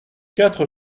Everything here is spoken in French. quatre